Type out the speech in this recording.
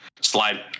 Slide